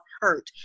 hurt